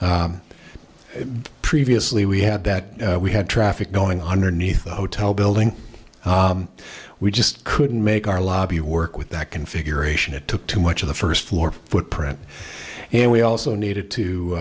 previously we had that we had traffic knowing underneath the hotel building we just couldn't make our lobby work with that configuration it took too much of the first floor footprint and we also needed to